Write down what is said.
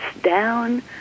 down